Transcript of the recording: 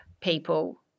people